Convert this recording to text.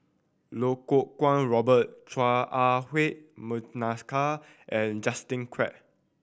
Lau Kuo Kwong Robert Chua Ah Huwa and Justin Quek